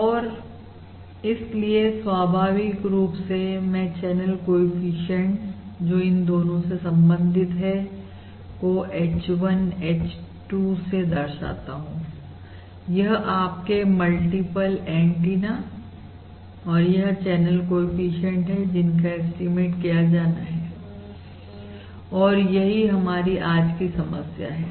और इसलिए स्वाभाविक रूप से मैं चैनल कोएफिशिएंट जो इन दोनों से संबंधित है को h1 और h2 से दर्शाता हूं यह आपके मल्टीपल एंटीना और यह चैनल कोएफिशिएंट हैं जिनका एस्टीमेट किया जाना है और यही हमारी आज की समस्या है